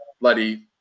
bloody